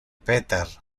peter